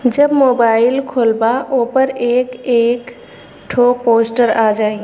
जब मोबाइल खोल्बा ओपर एक एक ठो पोस्टर आ जाई